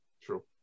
True